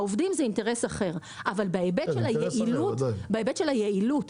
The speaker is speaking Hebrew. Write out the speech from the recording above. בהיבט של היעילות,